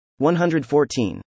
114